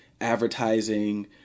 advertising